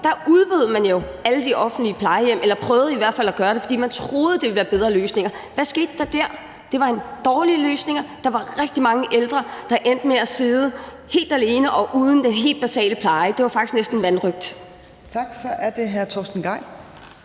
Der udbød man jo alle de offentlige plejehjem, eller man prøvede i hvert fald at gøre det, fordi man troede, det ville være bedre løsninger. Hvad skete der der? Det var en dårlig løsning, der var rigtig mange ældre, der endte med at sidde helt alene og uden den helt basale pleje – det var faktisk næsten vanrøgt. Kl. 13:22 Tredje næstformand